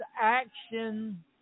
action